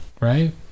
Right